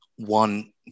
one